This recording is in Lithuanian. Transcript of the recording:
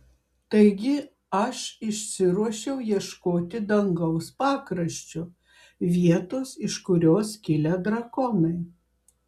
taigi aš išsiruošiau ieškoti dangaus pakraščio vietos iš kurios kilę drakonai